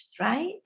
right